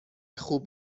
خوب